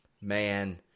Man